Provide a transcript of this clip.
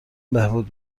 بهبود